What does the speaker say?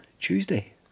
tuesday